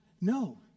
No